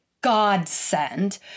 godsend